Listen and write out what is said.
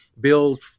build